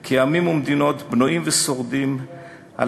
כי עמים ומדינות בנויים ושורדים על